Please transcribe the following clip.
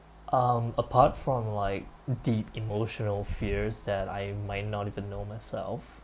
um apart from like deep emotional fears that I might not even know myself